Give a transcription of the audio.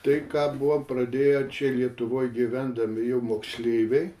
tai ką buvom pradėję čia lietuvoj gyvendami jau moksleiviai